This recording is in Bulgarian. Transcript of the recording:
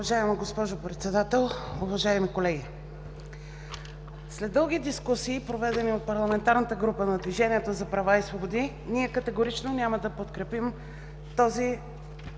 Уважаема госпожо Председател, уважаеми колеги! След дълги дискусии, проведени от парламентарната група на „Движението за права и свободи“, ние категорично няма да подкрепим този